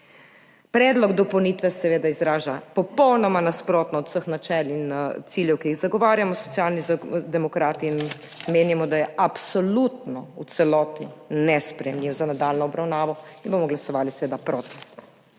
Predlog dopolnitve seveda izraža popolnoma nasprotno od vseh načel in ciljev, ki jih zagovarjamo Socialni demokrati, in menimo, da je absolutno v celoti nesprejemljiv za nadaljnjo obravnavo in bomo seveda glasovali proti.